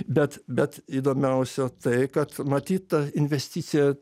bet bet įdomiausia tai kad matyt ta investicija